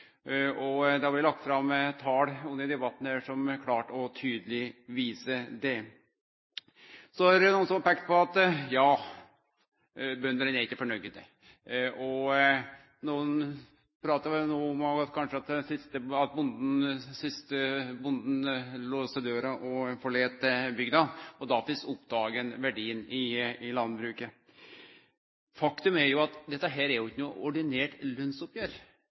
overtok. Det har vore lagt fram tal under debatten her som klart og tydeleg viser det. Så er det nokre som har peikt på at bøndane ikkje er fornøgde, og nokre pratar om at siste bonden låser døra og forlèt bygda, og da fyrst oppdagar ein verdien i landbruket. Faktum er at dette ikkje er noko ordinært lønnsoppgjer. Det er ikkje